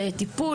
טיפול,